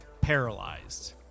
paralyzed